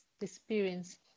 experience